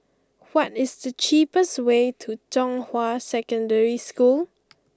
what is the cheapest way to Zhonghua Secondary School